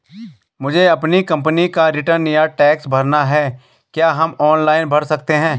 मुझे अपनी कंपनी का रिटर्न या टैक्स भरना है क्या हम ऑनलाइन भर सकते हैं?